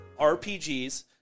RPGs